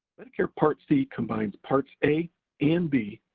medicare part c combines parts a and b,